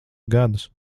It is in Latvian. gadus